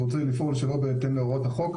רוצה לפעול שלא בהתאם להוראות החוק,